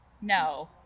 no